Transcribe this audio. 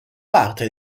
parte